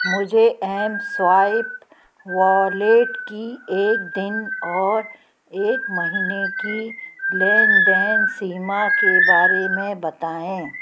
मुझे mSwipe wallet की एक दिन और एक महीने की लेन देन सीमा के बारे में बताएँ